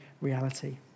reality